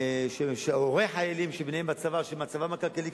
שהורי חיילים שבניהם בצבא ומצבם הכלכלי,